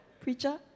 Preacher